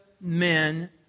men